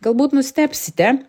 galbūt nustebsite